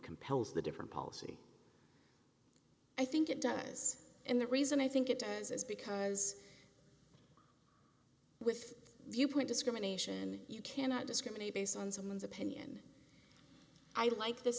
compels the different policy i think it does and the reason i think it does is because with viewpoint discrimination you cannot discriminate based on someone's opinion i like this